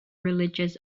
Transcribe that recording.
religious